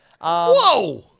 Whoa